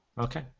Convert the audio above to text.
Okay